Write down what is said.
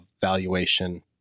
valuation